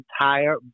entire